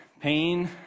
pain